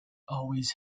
always